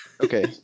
okay